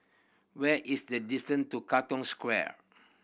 where is the distance to Katong Square